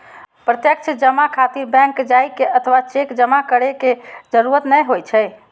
प्रत्यक्ष जमा खातिर बैंक जाइ के अथवा चेक जमा करै के जरूरत नै होइ छै